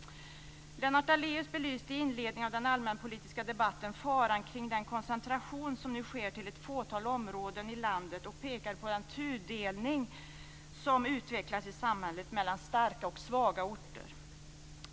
Lennart Daléus belyste i inledningen av den allmänpolitiska debatten faran kring den koncentration som nu sker till ett fåtal områden i landet och pekade på den tudelning som utvecklas i samhället mellan starka och svaga orter.